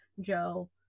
joe